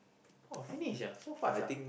oh finish uh so fast ah